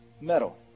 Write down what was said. metal